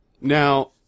now